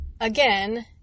again